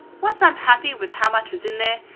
once i am happy with how much is in there,